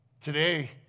Today